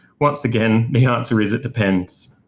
once again the answer is, it depends.